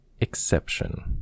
Exception